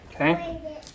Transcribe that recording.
Okay